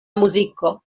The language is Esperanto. muziko